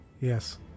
yes